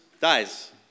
dies